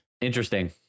Interesting